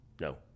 No